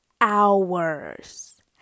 hours